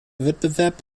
wettbewerb